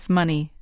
money